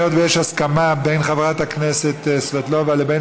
היות שיש הסכמה בין חברת הכנסת סבטלובה לבין